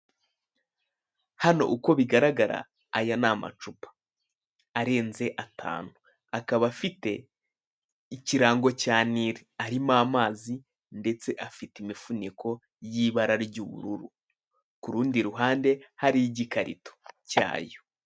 Hano uko bigaragara aya ni amacupa arenze atanu akaba afite ikirango cya Nil arimo amazi ndetse afite imifuniko y'ibara ry'ubururu, ku rundi ruhande hari igikarito cyayo.